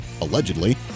allegedly